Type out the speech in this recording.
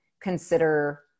consider